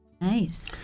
Nice